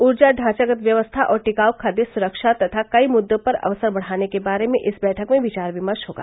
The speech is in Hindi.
ऊर्जा ढांचागत व्यवस्था और टिकाऊ खाद्य सुरक्षा तथा कई मुद्दों पर अवसर बढ़ाने के बारे में इस बैठक में विचार विमर्श होगा